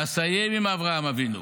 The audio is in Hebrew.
ואסיים עם אברהם אבינו,